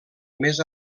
més